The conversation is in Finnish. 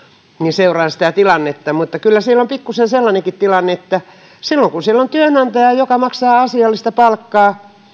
seuraan sitä tilannetta mutta kyllä siellä on pikkusen sellainenkin tilanne että silloin kun siellä on työnantaja joka maksaa asiallista palkkaa